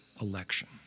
election